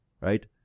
Right